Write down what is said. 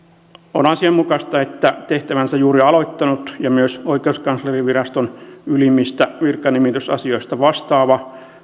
on asianmukaista että tehtävänsä juuri aloittanut ja myös oikeuskanslerinviraston ylimmistä virkanimitysasioista vastaava